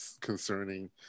concerning